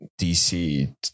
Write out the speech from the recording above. dc